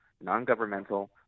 non-governmental